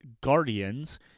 Guardians